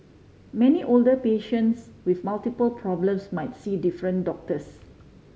many older patients with multiple problems might see different doctors